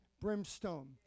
brimstone